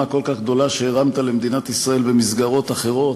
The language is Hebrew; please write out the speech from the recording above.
הכל-כך גדולה שהרמת למדינת ישראל במסגרות אחרות,